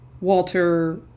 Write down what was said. Walter